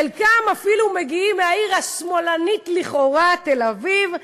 חלקם אפילו מגיעים מהעיר השמאלנית לכאורה תל-אביב,